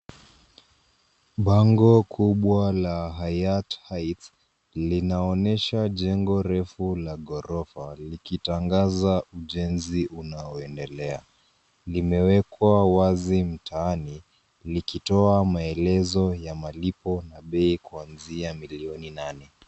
Bango kubwa la Hayat Heights linaonyesha jengo refu la ghorofa likitangaza ujenzi unaoendelea. Limewekwa wazi mtaani likitoa maelezo ya malipo ya bei kuanzia milioni nane.